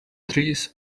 trees